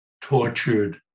tortured